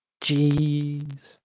jeez